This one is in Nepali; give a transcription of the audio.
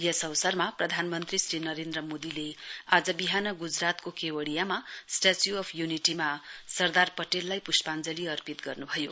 यस अवसरमा प्रधानमन्त्री श्री नरेन्द्र मोदीले आज बिहान गुजरातको केवडियामा स्टेच्यू अफ यूनिटीमा सरदार पटेललाई पुष्पाञ्जली अर्पित गर्नुभयो